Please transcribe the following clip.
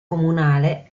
comunale